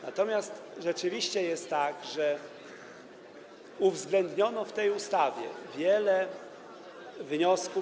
Natomiast rzeczywiście jest tak, że uwzględniono w tej ustawie wiele wniosków.